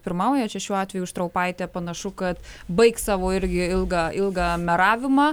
pirmauja čia šiuo atveju štraupaitė panašu kad baigs savo irgi ilgą ilgą meravimą